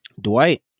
Dwight